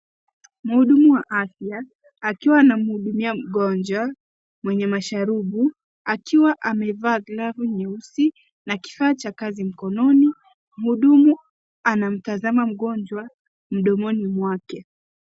Muudumu wa afya akiwa anamuhudumia mgonjwa mwenye masharubu akiwa amevaa glovu nyeusi na kifaa cha kazi mkononi. Muhudumu anamtazama mgonjwa mdomoni mwake.